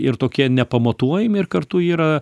ir tokie nepamatuojami ir kartu yra